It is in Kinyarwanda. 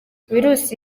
virusi